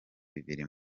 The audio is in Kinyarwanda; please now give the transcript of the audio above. bibiri